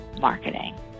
marketing